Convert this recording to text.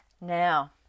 Now